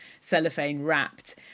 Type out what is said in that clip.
cellophane-wrapped